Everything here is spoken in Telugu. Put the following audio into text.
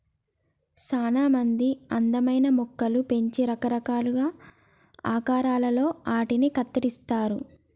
సానా మంది అందమైన మొక్కలు పెంచి రకరకాలుగా ఆకారాలలో ఆటిని కత్తిరిస్తారు